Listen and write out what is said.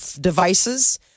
devices